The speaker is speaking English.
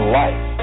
life